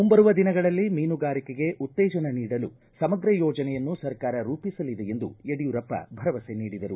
ಮುಂಬರುವ ದಿನಗಳಲ್ಲಿ ಮೀನುಗಾರಿಕೆಗೆ ಉತ್ತೇಜನ ನೀಡಲು ಸಮಗ್ರ ಯೋಜನೆ ಸರ್ಕಾರ ರೂಪಿಸಲಿದೆ ಎಂದು ಯಡಿಯೂರಪ್ಪ ಭರವಸೆ ನೀಡಿದರು